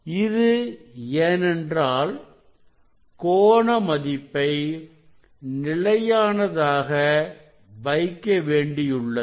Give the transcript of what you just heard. இது ஏனென்றால் கோண மதிப்பை நிலையானதாக வைக்க வேண்டியுள்ளது